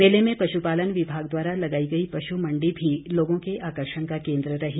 मेले में पशुपालन विभाग द्वारा लगाई गई पशु मंडी भी लोगों के आकर्षण का केन्द्र रही